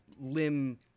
limb